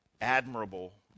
admirable